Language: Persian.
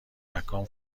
مکان